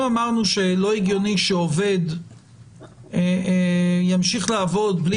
אם אמרנו שלא הגיוני שעובד ימשיך לעבוד בלי